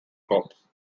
corps